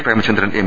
Premachandran M